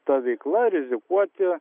ta veikla rizikuoti